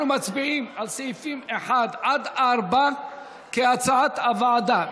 אנחנו מצביעים על סעיפים 1 4 כהצעת הוועדה.